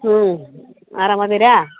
ಹ್ಞೂ ಆರಾಮಿದೀರಾ